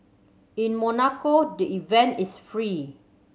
in Monaco the event is free